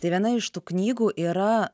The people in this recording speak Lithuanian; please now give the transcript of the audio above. tai viena iš tų knygų yra